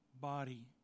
body